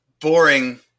boring